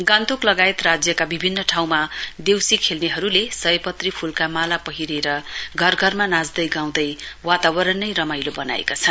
गान्तोक लगायत राज्यका विभिन्न ठाउँमा देउसी खेल्नेहरुले सयपत्री फूलका माला पहिरेर घर घरमा नाँच्दै गाउँदै वातावरण नै रमाइलो वनाएका छन्